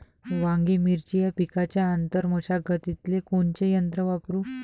वांगे, मिरची या पिकाच्या आंतर मशागतीले कोनचे यंत्र वापरू?